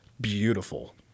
beautiful